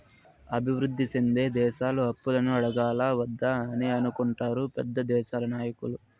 అభివృద్ధి సెందే దేశాలు అప్పులను అడగాలా వద్దా అని అనుకుంటారు పెద్ద దేశాల నాయకులు